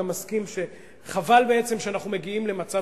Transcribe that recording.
אני גם מסכים שחבל שאנחנו מגיעים למצב